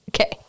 Okay